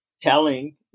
telling